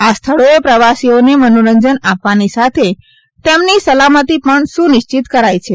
આ સ્થળોએ પ્રવાસીઓને મનોરંજન આપવાની સાથે તેમની સલામતી પણ સુનિશ્ચિત કરાઇ છે